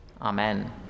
Amen